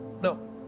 no